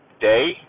day